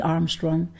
Armstrong